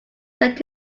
set